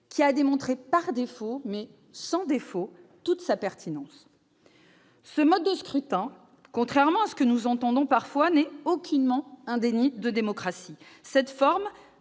qui a démontré, par défaut mais sans défaut, toute sa pertinence. Ce mode de scrutin, contrairement à ce que nous entendons dire parfois, n'est aucunement un déni de démocratie. La forme-